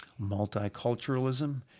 multiculturalism